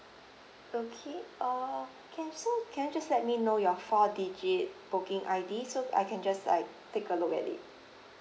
okay uh can so can you just let me know your four digit booking I_D so I can just like take a look at it